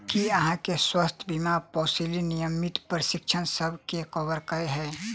की अहाँ केँ स्वास्थ्य बीमा पॉलिसी नियमित परीक्षणसभ केँ कवर करे है?